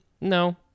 no